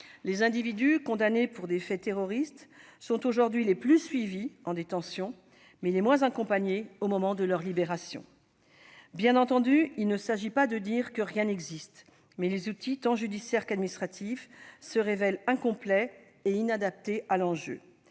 les individus condamnés pour des faits de terrorisme sont aujourd'hui les plus suivis en détention, mais les moins accompagnés au moment de leur libération. Bien entendu, il ne s'agit pas de dire que rien n'existe. Pour autant, les outils tant judiciaires qu'administratifs se révèlent incomplets et inadaptés à l'enjeu.